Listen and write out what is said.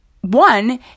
one